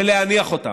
ולהניח אותם.